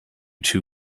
two